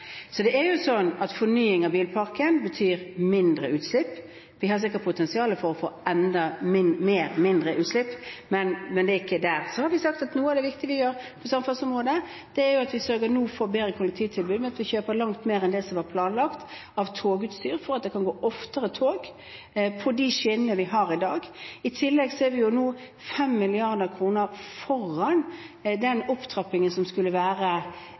fornying av bilparken betyr mindre utslipp. Vi har sikkert potensial for å få enda mindre utslipp, men vi er ikke der. Så har vi sagt at noe av det viktige vi gjør på samferdselsområdet, er at vi nå sørger for et bedre kollektivtilbud ved at vi kjøper langt mer enn det som var planlagt av togutstyr, for at det kan gå oftere tog på de skinnene vi har i dag. I tillegg er vi jo nå 5 mrd. kr foran den opptrappingen som skulle være